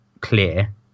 clear